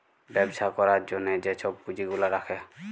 ব্যবছা ক্যরার জ্যনহে যে ছব পুঁজি গুলা রাখে